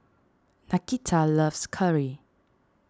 Nakita loves curry